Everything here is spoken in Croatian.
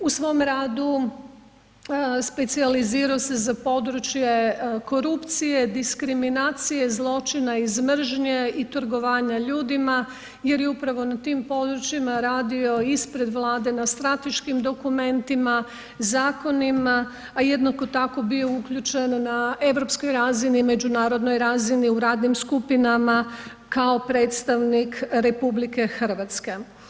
U svom radu specijalizirao se za područje korupcije, diskriminacije, zločina iz mržnje i trgovanja ljudima, jer je upravo na tim područjima radio ispred Vlade na strateškim dokumentima, zakonima, a jednako tako bio uključen na europskoj razini, međunarodnoj razini u radnim skupinama kao predstavnik Republike Hrvatske.